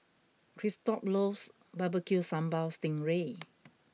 Christop loves Barbecue Sambal Sting Ray